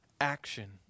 action